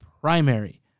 primary